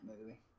movie